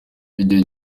igihe